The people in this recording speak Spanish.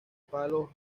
palos